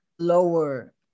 lower